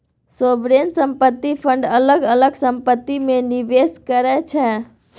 sovereign संपत्ति fund अलग अलग संपत्ति मे निबेस करै छै